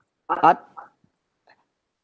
art